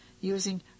using